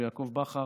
ויעקב בכר,